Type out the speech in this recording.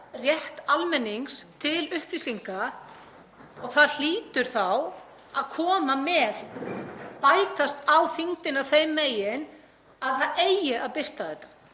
rétt almennings til upplýsinga og það hlýtur þá að koma með, bætast á þyngdina þeim megin, að það eigi bara að birta þetta.